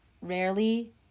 rarely